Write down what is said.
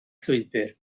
llwybr